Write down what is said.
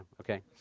Okay